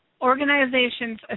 organizations